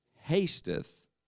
Hasteth